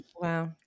Wow